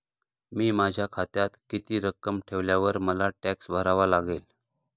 मी माझ्या खात्यात किती रक्कम ठेवल्यावर मला टॅक्स भरावा लागेल?